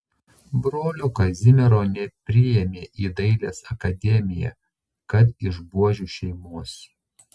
brolio kazimiero nepriėmė į dailės akademiją kad iš buožių šeimos